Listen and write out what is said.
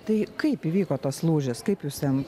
tai kaip įvyko tas lūžis kaip jūs jam